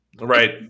Right